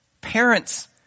Parents